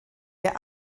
der